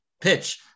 pitch